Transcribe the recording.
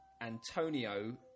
Antonio